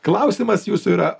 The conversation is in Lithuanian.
klausimas jūsų yra